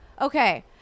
Okay